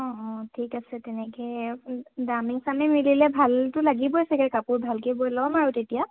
অঁ অঁ ঠিক আছে তেনেকে দামে চামে মিলিলে ভালটো লাগিবই চাগে কাপোৰ ভালকৈ গৈ ল'ম আৰু তেতিয়া